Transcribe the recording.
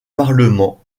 parlement